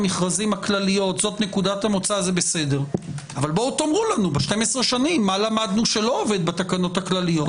הכול בסדר, נגיע, אנחנו בשלב הפתיחה.